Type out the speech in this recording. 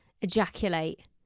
ejaculate